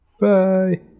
Bye